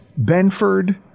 Benford